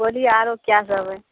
بلی آرو کیاسب ہے